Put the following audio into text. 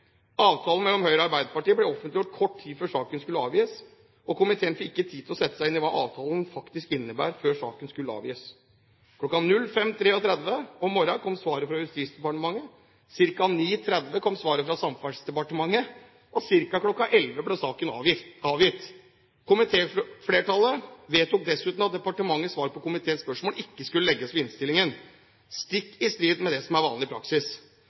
Avtalen mellom Høyre og Arbeiderpartiet ble offentliggjort kort tid før saken skulle avgis, og komiteen fikk ikke tid til å sette seg inn i hva avtalen faktisk innebar før saken skulle avgis. Kl. 05.33 om morgenen kom svaret fra Justisdepartementet, ca. kl. 09.30 kom svaret fra Samferdselsdepartementet, og ca. kl. 11.00 ble saken avgitt. Komitéflertallet vedtok dessuten at departementets svar på komiteens spørsmål ikke skulle legges ved innstillingen – stikk i strid med det som er vanlig praksis.